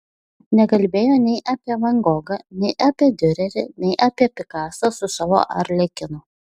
nekalbėjo nei apie van gogą nei apie diurerį nei apie pikasą su savo arlekinu